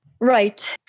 Right